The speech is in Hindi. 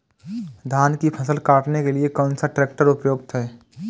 धान की फसल काटने के लिए कौन सा ट्रैक्टर उपयुक्त है?